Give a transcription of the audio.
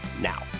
now